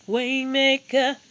Waymaker